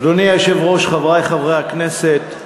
אדוני היושב-ראש, חברי חברי הכנסת,